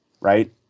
right